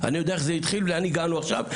אני יודע איך זה התחיל ולאן הגענו עכשיו,